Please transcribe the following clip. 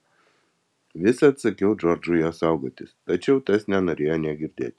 visad sakiau džordžui jo saugotis tačiau tas nenorėjo nė girdėti